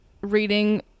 reading